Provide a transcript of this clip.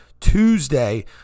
Tuesday